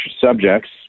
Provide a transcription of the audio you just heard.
subjects